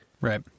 right